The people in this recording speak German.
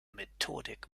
methodik